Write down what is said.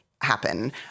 happen